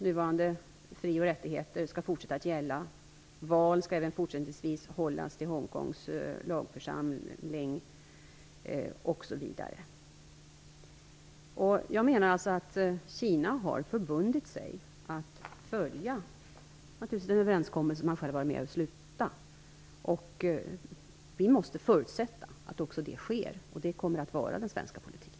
Nuvarande fri och rättigheter skall fortsätta att gälla, val till Hongkongs lagförsamling skall även fortsättningsvis hållas osv. Kina har förbundit sig att följa den överenskommelse som man själv har slutit. Vi måste förutsätta att detta också sker, och det kommer att vara den svenska politiken.